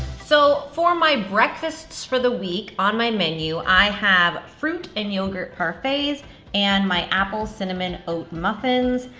so, for my breakfasts for the week on my menu, i have fruit and yogurt parfaits and my apple cinnamon oat muffins.